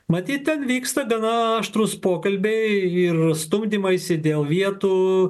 matyt ten vyksta gana aštrūs pokalbiai ir stumdymaisi dėl vietų